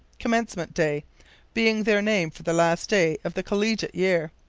commencement day being their name for the last day of the collegiate year.